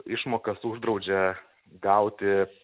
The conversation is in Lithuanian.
išmokas uždraudžia gauti